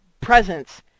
presence